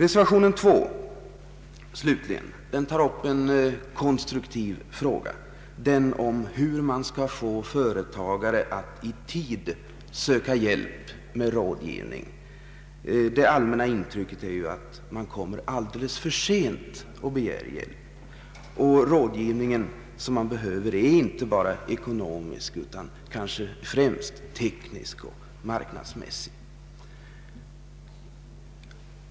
Reservationen 2 slutligen tar upp en konstruktiv fråga, den om hur man skall få företagare att i tid söka hjälp med rådgivning. Det allmänna intrycket är att man begär hjälp alldeles för sent. Den rådgivning man behöver är inte bara av ekonomisk utan kanske främst av teknisk och marknadsmässig